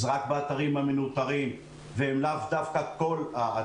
זה רק באתרים המנוטרים ולאו דווקא בכל האתרים.